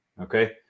Okay